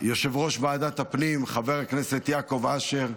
יושב-ראש ועדת הפנים חבר הכנסת יעקב אשר,